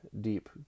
deep